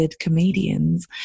comedians